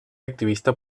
activista